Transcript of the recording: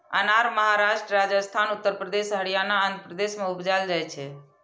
अनार महाराष्ट्र, राजस्थान, उत्तर प्रदेश, हरियाणा, आंध्र प्रदेश मे उपजाएल जाइ छै